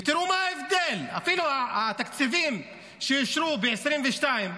ותראו מה ההבדל, אפילו את התקציבים שאישרו ב-2022,